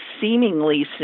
seemingly